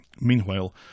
Meanwhile